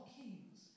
kings